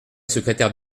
secrétaire